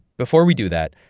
before we do that,